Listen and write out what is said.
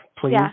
Please